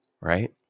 Right